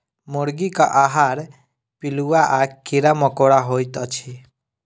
मुर्गीक आहार पिलुआ आ कीड़ा मकोड़ा होइत अछि